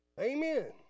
Amen